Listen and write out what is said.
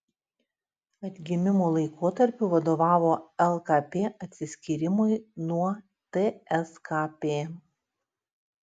atgimimo laikotarpiu vadovavo lkp atsiskyrimui nuo tskp